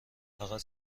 فقط